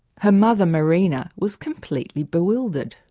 her mother marina was completely bewildered.